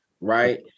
right